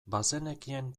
bazenekien